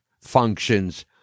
functions